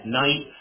night